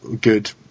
good